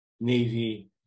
Navy